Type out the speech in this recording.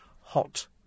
hot